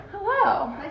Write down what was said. Hello